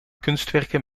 kunstwerken